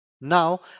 now